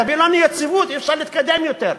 תביאו לנו יציבות, אי-אפשר להתקדם יותר.